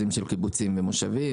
קיבוצים ומושבים,